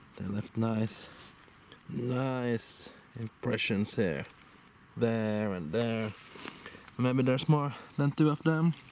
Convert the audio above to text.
left nice nice impressions there there and there maybe there's more than two of them.